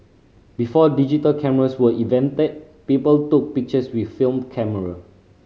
before digital cameras were invented people took pictures with film camera